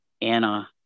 Anna